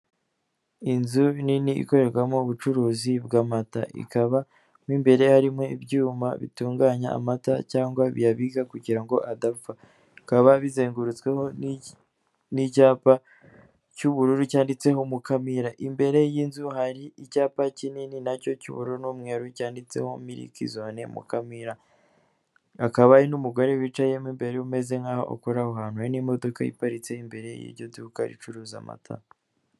Inzu nini ikorerwamo ubucuruzi bw'amata, ikaba mu imbere harimo ibyuma bitunganya amata cyangwa biyabika kugira ngo adapfa, bikaba bizengurutsweho n'icyapa cy'ubururu cyanditseho Mukamira, imbere y'inzu hari icyapa kinini nacyo cy'uburu n'umweru cyanditseho milk zone Mukamira, hakaba hari n'umugore wicayemo imbere umeze nk'aho ukora aho hantu, hari n'imodoka iparitse imbere y'iryo duka ricuruza amata.